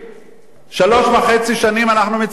שלוש וחצי שנים אנחנו מציגים בעיה.